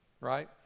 right